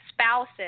spouses